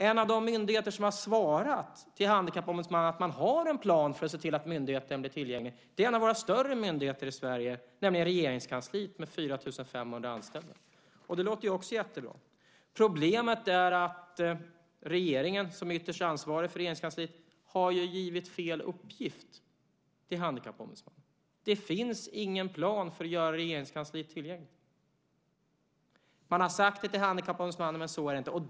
En myndighet som har svarat till Handikappombudsmannen att man har en plan för att se till att myndigheten blir tillgänglig är en av våra större myndigheter i Sverige, nämligen Regeringskansliet med 4 500 anställda. Det låter också jättebra. Problemet är att regeringen som ytterst ansvarig för Regeringskansliet har givit fel uppgift till Handikappombudsmannen. Det finns ingen plan för att göra Regeringskansliet tillgängligt. Man har sagt så till Handikappombudsmannen, men så är det inte.